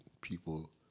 people